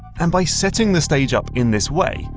and by setting the stage up in this way,